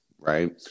right